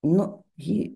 nu jį